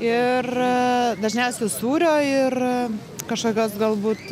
ir dažniausiai sūrio ir kažkokios galbūt